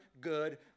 good